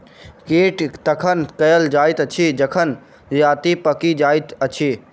कटनी तखन कयल जाइत अछि जखन जजति पाकि जाइत अछि